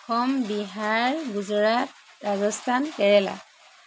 Assam Bihar Gujarat Rajasthan Kerala